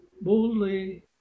boldly